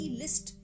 list